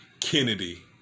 Kennedy